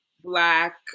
Black